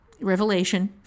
revelation